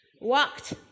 walked